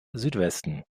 südwesten